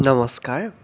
নমস্কাৰ